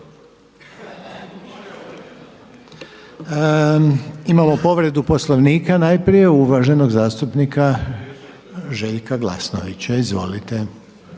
Imamo povredu Poslovnika najprije uvaženog zastupnika Željka Glasovnića. Izvolite.